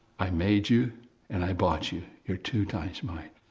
i made you and i bought you, you're two times mine.